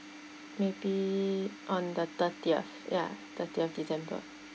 maybe on the thirtieth ya thirtieth december